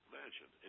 Imagine